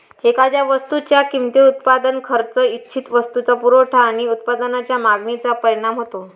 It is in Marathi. एखाद्या वस्तूच्या किमतीवर उत्पादन खर्च, इच्छित वस्तूचा पुरवठा आणि उत्पादनाच्या मागणीचा परिणाम होतो